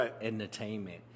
entertainment